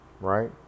Right